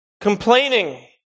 complaining